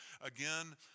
again